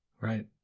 Right